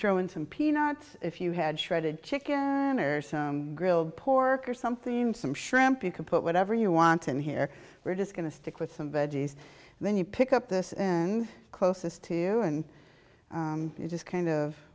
throw in some peanuts if you had shredded chicken grilled pork or something some shrimp you can put whatever you want in here we're just going to stick with some veggies and then you pick up this and closest to you and you just kind of